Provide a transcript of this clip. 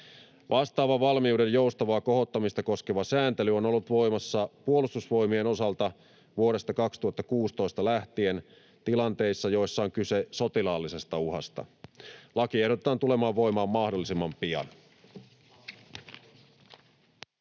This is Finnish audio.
Vastaava valmiuden joustavaa kohottamista koskeva sääntely on ollut voimassa Puolustusvoimien osalta vuodesta 2016 lähtien tilanteissa, joissa on kyse sotilaallisesta uhasta. Lain ehdotetaan tulevan voimaan mahdollisimman pian.